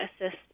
assist